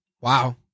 Wow